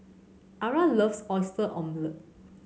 Ara loves Oyster Omelette